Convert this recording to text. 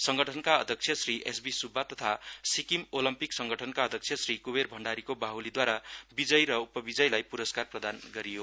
संगठनका अध्यक्ष Shri S B Subba तथा सिक्किम ओलम्पिक संगठनका अध्यक्ष श्री कुबेर भण्डारीको बाहुलीद्वारा विजयी र उपविजयीलाई पुरस्कार प्रदान गरियो